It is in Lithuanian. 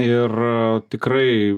ir tikrai